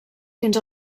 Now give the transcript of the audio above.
fins